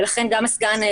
ולכן גם הסגן,